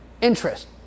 interest